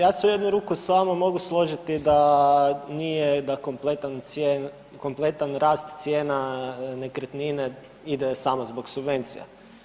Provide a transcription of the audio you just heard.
Ja se u jednu ruku s vama mogu složiti da kompletan rast cijena nekretnine ide samo zbog subvencija.